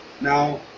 Now